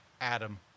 Adam